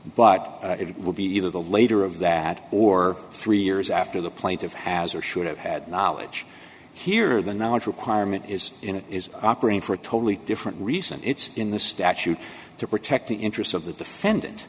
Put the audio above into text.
but it will be either the later of that or three years after the plaintive has or should have had knowledge here or the knowledge requirement is in it is operating for a totally different reason it's in the statute to protect the interests of the defendant